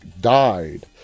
died